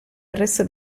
arresto